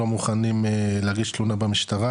לא מוכנים להגיש תלונה במשטרה,